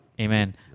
Amen